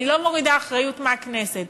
ואני לא מורידה אחריות מהכנסת,